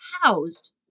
housed